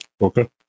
okay